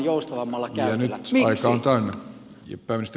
nyt aika on täynnä